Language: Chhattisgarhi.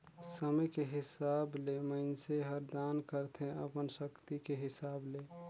समे के हिसाब ले मइनसे हर दान करथे अपन सक्ति के हिसाब ले